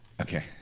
Okay